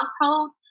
household